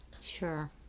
Sure